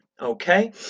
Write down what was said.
okay